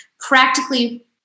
practically